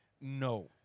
No